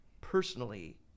personally